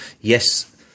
yes